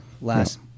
last